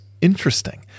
interesting